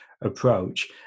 approach